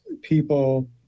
people